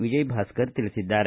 ವಿಜಯ್ಭಾಸ್ಕರ್ ತಿಳಿಸಿದ್ದಾರೆ